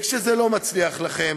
וכשזה לא מצליח לכם,